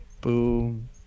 Boom